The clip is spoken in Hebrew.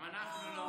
גם אנחנו לא.